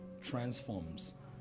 transforms